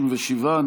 37,